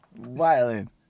Violin